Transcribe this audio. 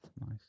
Nice